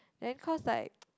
then cause like